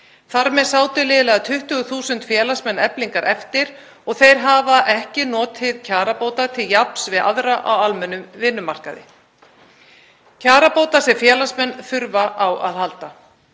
Þar með sátu liðlega 20.000 félagsmenn Eflingar eftir og þeir hafa ekki notið kjarabóta til jafns við aðra á almennum vinnumarkaði, kjarabóta sem félagsmenn þurfa á að halda.